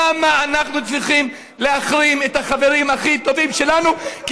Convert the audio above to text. למה אנחנו צריכים להחרים את החברים הכי טובים שלנו כי